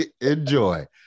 Enjoy